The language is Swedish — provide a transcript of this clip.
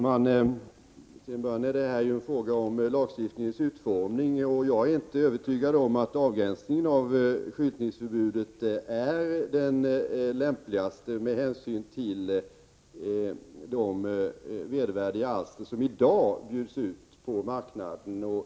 Herr talman! Det är här fråga om lagstiftningens utformning. Jag är inte övertygad om att en avgränsning av skyltningsförbudet är det lämpligaste med hänsyn till de vedervärdiga alster som i dag bjuds ut på marknaden.